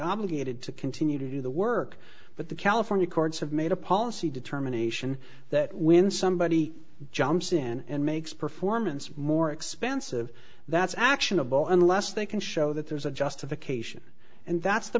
obligated to continue to do the work but the california courts have made a policy determination that when somebody jumps in and makes performance more expensive that's actionable unless they can show that there's a justification and that's the